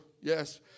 Yes